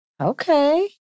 Okay